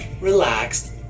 relaxed